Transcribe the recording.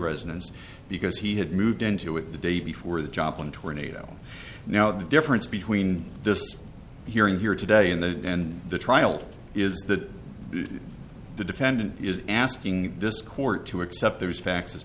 residence because he had moved into it the day before the joplin tornado now the difference between this hearing here today and the and the trial is that the defendant is asking this court to accept those facts as